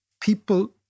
People